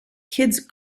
kids